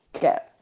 get